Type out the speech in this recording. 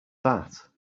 that